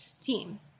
team